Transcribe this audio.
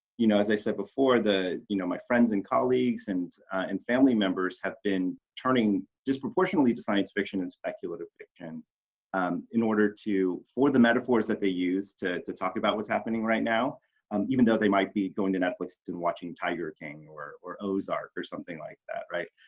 you know, as i said before the, you know, my friends and colleagues and and family members have been turning disproportionately to science fiction and speculative fiction um in order to for the metaphors that they use to to talk about happening right now um even though they might be going to netflix and watching tiger king or or ozark or something like that, right?